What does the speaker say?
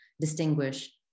distinguish